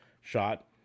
shot